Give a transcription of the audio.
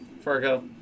Fargo